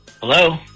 Hello